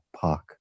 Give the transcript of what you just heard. Park